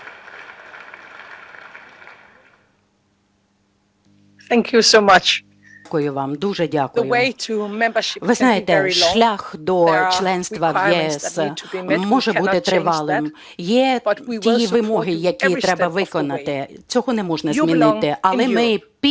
Дякую вам. Дуже дякую. Ви знаєте, шлях до членства в ЄС може бути тривалим. Є ті вимоги, які треба виконати, цього не можна змінити, але ми підтримуємо